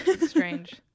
strange